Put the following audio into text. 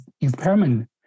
experiment